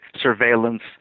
surveillance